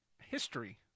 History